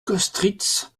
kostritz